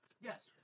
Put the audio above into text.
Yes